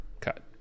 cut